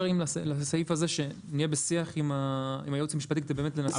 אם אפשר שבסעיף הזה נהיה בשיח עם הייעוץ המשפטי כדי לנסח.